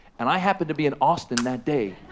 and i happened to be in austin that day